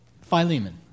philemon